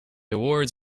awards